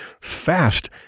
fast